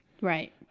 Right